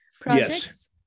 projects